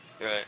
Right